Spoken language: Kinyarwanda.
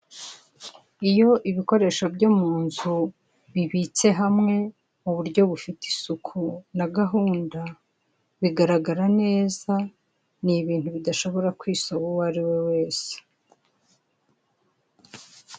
Iyo ibikoresho byo munzu bibitse hamwe, mu buryo bufite isuku na gahunda, bigaragara neza; ni ibintu bidashobora kwisoba uwo ariwe wese.